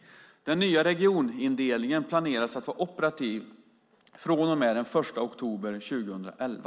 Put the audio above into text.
Den nya regionindelningen planeras vara operativ från och med den 1 oktober 2011.